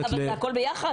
זה הכול ביחד.